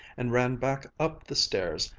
and ran back up the stairs,